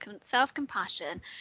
self-compassion